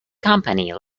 company